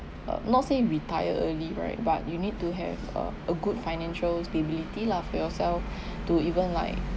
um not say retire early right but you need to have uh a good financial stability lah for yourself to even like